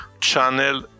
channel